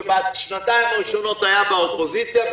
שבשנתיים הראשונות היה באופוזיציה,